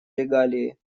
регалии